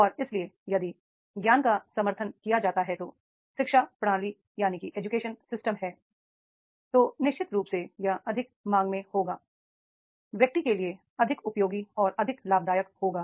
और इसलिए यदि ज्ञान का समर्थन किया जाता है तो शिक्षा प्रणाली है तो निश्चित रूप से यह अधिक मांग में होगा व्यक्ति के लिए अधिक उपयोगी और अधिक लाभदायक होगा